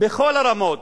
בכל הרמות,